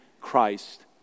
Christ